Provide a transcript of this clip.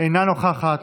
אינה נוכחת,